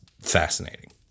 fascinating